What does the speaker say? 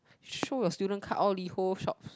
sure student card all Liho shops